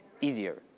easier